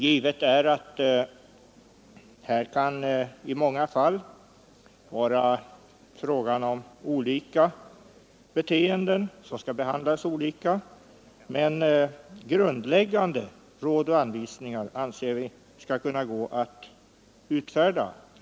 Det är givet att det i många fall kan vara fråga om olika beteenden som också skall behandlas olika, men grundläggande råd och anvisningar anser vi skall kunna utfärdas.